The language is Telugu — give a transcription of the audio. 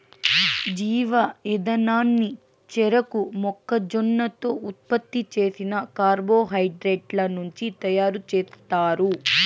జీవ ఇంధనాన్ని చెరకు, మొక్కజొన్నతో ఉత్పత్తి చేసిన కార్బోహైడ్రేట్ల నుంచి తయారుచేస్తారు